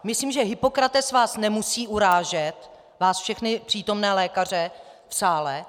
Myslím, že Hippokrates vás nemusí urážet, vás všechny přítomné lékaře v sále.